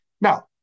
Now